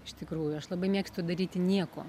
iš tikrųjų aš labai mėgstu daryti nieko